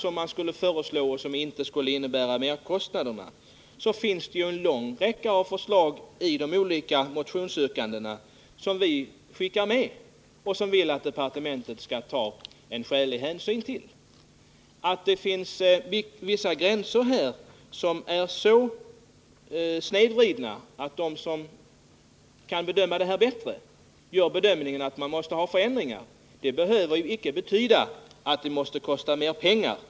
Här har frågats vilka förändringar som inte skulle innebära några merkostnader. I motionerna som vi skickar med finns en lång räcka av förslag och yrkanden som vi vill att departementet skall ta skälig hänsyn till. Att vissa gränser, enligt dem som kan bedöma det här bättre, måste ändras behöver icke betyda att det måste kosta mera pengar.